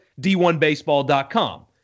D1Baseball.com